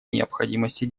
необходимости